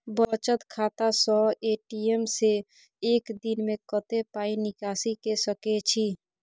बचत खाता स ए.टी.एम से एक दिन में कत्ते पाई निकासी के सके छि?